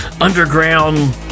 underground